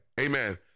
amen